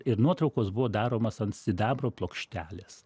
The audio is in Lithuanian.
ir nuotraukos buvo daromos ant sidabro plokštelės